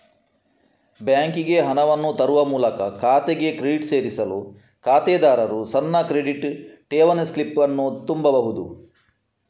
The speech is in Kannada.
ಬ್ಯಾಂಕಿಗೆ ಹಣವನ್ನು ತರುವ ಮೂಲಕ ಖಾತೆಗೆ ಕ್ರೆಡಿಟ್ ಸೇರಿಸಲು ಖಾತೆದಾರರು ಸಣ್ಣ ಕ್ರೆಡಿಟ್, ಠೇವಣಿ ಸ್ಲಿಪ್ ಅನ್ನು ತುಂಬಬಹುದು